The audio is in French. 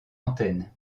antenne